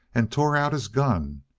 and tore out his gun.